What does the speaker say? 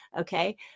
okay